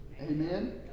Amen